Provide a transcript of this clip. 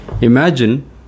Imagine